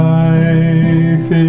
life